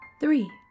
three